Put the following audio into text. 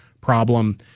problem